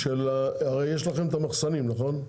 הרי יש לכם מחסנים, נכון?